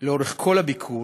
לאורך כל הביקור